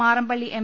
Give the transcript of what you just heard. Marampally M